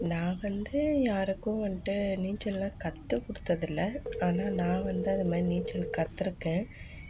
நான் வந்து யாருக்கும் வந்துட்டு நீச்சலெலாம் கற்றுக் கொடுத்தது இல்லை ஆனால் நான் வந்து அதை மாதிரி நீச்சல் கற்றிருக்கேன்